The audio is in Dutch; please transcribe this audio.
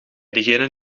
degene